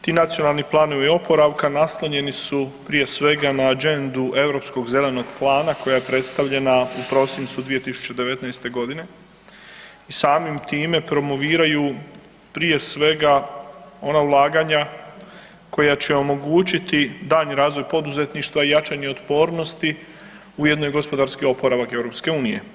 Ti nacionalni planovi oporavka naslonjeni su prije svega na agendu Europskog zelenog plana koja je predstavljena u prosincu 2019.g. i samim time promoviraju prije svega ona ulaganja koja će omogućiti daljnji razvoj poduzetništva i jačanje otpornosti, ujedno i gospodarski oporavak EU.